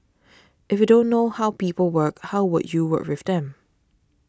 if you don't know how people work how will you work with them